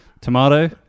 Tomato